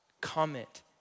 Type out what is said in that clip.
Comment